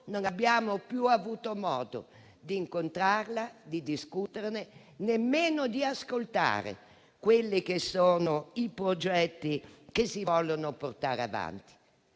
non abbiamo più avuto modo di incontrarla, di discuterne e nemmeno di ascoltare i progetti che si vogliono portare avanti.